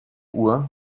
uhr